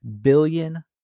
billion